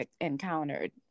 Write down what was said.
encountered